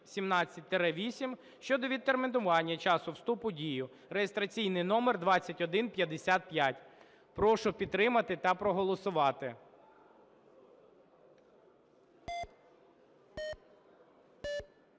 Прошу підтримати та проголосувати.